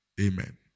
Amen